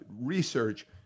research